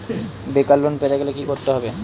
বেকার লোন পেতে গেলে কি করতে হবে?